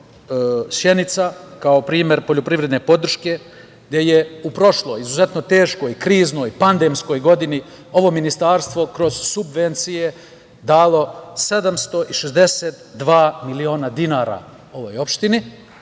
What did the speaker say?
Sjenica, kao primer poljoprivredne podrške, gde je u prošloj izuzetno teškoj, kriznoj, pandemskoj godini ovo ministarstvo, kroz subvencije, dalo 762 miliona dinara ovoj opštini,